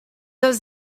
els